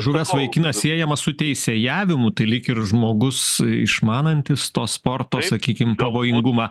žuvęs vaikinas siejamas su teisėjavimu tai lyg ir žmogus išmanantis to sporto sakykim pavojingumą